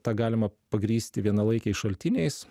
tą galima pagrįsti vienalaikiais šaltiniais